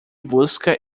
busca